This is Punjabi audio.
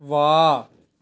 ਵਾਹ